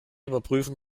überprüfen